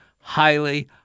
highly